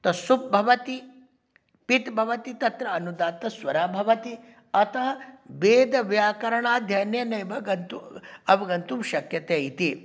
तत् सुप् भवति पित् भवति तत्र अनुदात्तस्वरः भवति अतः वेदव्याकरणाध्ययनेन एव गन्तुम् अवगन्तुं शक्यते इति